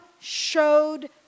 showed